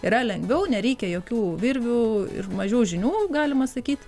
yra lengviau nereikia jokių virvių ir mažiau žinių galima sakyti